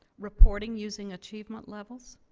reporting using achievement levels,